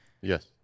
Yes